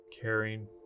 caring